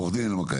עורך דין אלמקאיס.